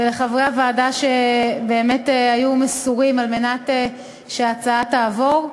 ולחברי הוועדה שבאמת היו מסורים על מנת שההצעה תעבור.